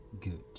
good